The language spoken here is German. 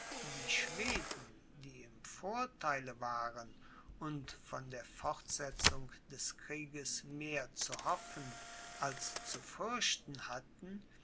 die schweden die im vortheile waren und von der fortsetzung des krieges mehr zu hoffen als zu fürchten hatten